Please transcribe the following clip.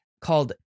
called